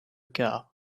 car